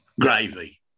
gravy